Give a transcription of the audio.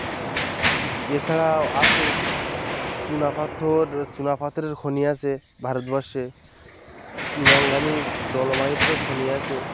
এছাড়াও আছে চুনাপাথর চুনাপাথরের খনি আছে ভারতবর্ষে ম্যাঙ্গানিজ ডলোমাইটেরও খনি আছে